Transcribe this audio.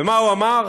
ומה הוא אמר?